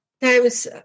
times